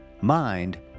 mind